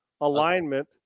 alignment